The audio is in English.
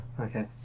Okay